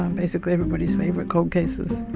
um basically everybody's favorite cold cases.